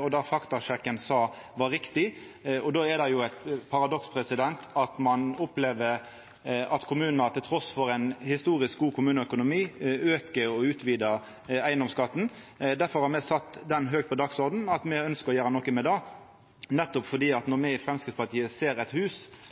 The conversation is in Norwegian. og som faktasjekken sa var riktig. Då er det jo eit paradoks at ein opplever at kommunane, trass i ein historisk god kommuneøkonomi, aukar og utvidar eigedomsskatten. Difor har me sett høgt på dagsordenen at me ønskjer å gjera noko med det. Det er fordi at når me i Framstegspartiet ser eit hus,